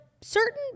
certain